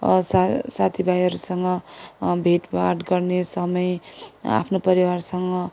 स साथीभाइहरूसँग भेटघाट गर्ने समय आफ्नो परिवारसँग